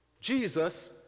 Jesus